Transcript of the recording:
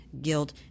guilt